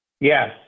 Yes